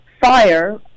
fire